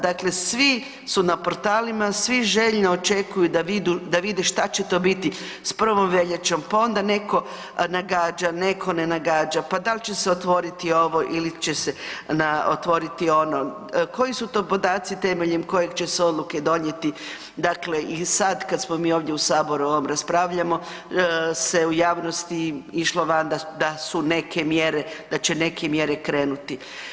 Dakle svi su na portalima, svi željno očekuju da vide šta će to biti s 1. veljače, pa onda neko nagađa, neko ne nagađa, pa dal će se otvoriti ovo ili će se otvoriti ono, koji su to podaci temeljem kojeg će se odluke donijeti, dakle i sad kad smo mi ovdje u Saboru, o ovom raspravljamo se u javnosti išlo van da su neke mjere, da će neke mjere krenuti.